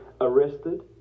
arrested